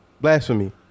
Blasphemy